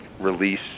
release